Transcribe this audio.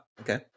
Okay